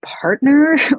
partner